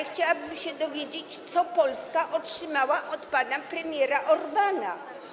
Chciałabym się jednak dowiedzieć, co Polska otrzymała od pana premiera Orbána.